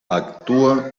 actua